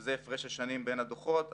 שזה הפרש השנים בין הדוחות,